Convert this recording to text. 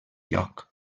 lloc